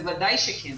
בוודאי שכן,